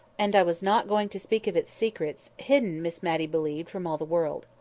and i was not going to speak of its secrets hidden, miss matty believed, from all the world.